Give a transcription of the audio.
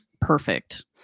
perfect